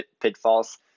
pitfalls